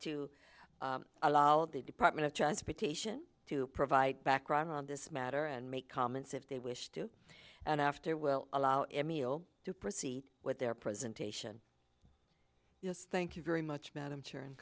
to allow the department of transportation to provide background on this matter and make comments if they wish to and after we'll allow emil to proceed with their presentation yes thank you very much m